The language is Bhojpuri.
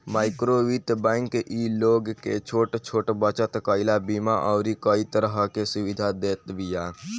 माइक्रोवित्त बैंक इ लोग के छोट छोट बचत कईला, बीमा अउरी कई तरह के सुविधा देत बिया